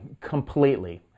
completely